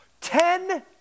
Ten